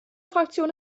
fraktion